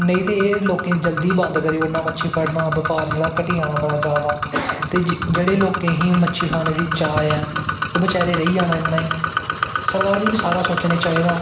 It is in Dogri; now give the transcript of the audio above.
नेंई ते लोकें एह् जल्दी गै बंद करी ओड़नां मच्छी फड़नां बपार जेह्ड़ा घटी जाना ते जिनैं लोकें गी मच्छी खाने दी चाह् ऐ ओहे बचैरैं तेही जाना इयां गै सरकार गी बी सारा सोचनां चाही दा